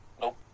Nope